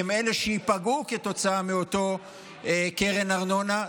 הן אלה שייפגעו כתוצאה מאותה קרן ארנונה,